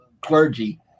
clergy